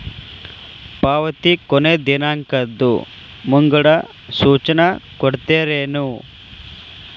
ಪಾವತಿ ಕೊನೆ ದಿನಾಂಕದ್ದು ಮುಂಗಡ ಸೂಚನಾ ಕೊಡ್ತೇರೇನು?